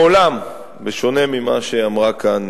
מעולם, בשונה ממה שאמרה כאן